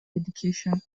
education